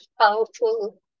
powerful